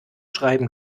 schreiben